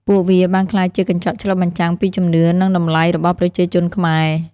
ពួកវាបានក្លាយជាកញ្ចក់ឆ្លុះបញ្ចាំងពីជំនឿនិងតម្លៃរបស់ប្រជាជនខ្មែរ។